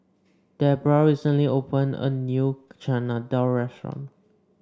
Debbra recently opened a new Chana Dal Restaurant